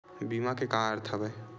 बीमा के का अर्थ हवय?